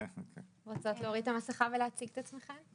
אתן רוצות להציג את עצמיכן?